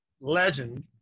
legend